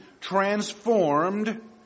transformed